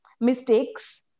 mistakes